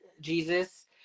Jesus